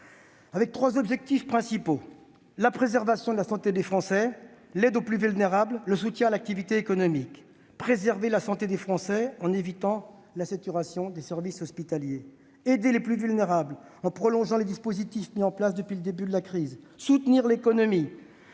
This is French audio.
avec trois objectifs principaux : la préservation de la santé des Français, l'aide aux plus vulnérables, le soutien à l'activité économique. Préserver la santé des Français, en évitant la saturation des services hospitaliers ; aider les plus vulnérables, en prolongeant les dispositifs mis en place depuis le début de la crise ; soutenir l'économie